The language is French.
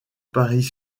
paris